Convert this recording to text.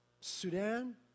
Sudan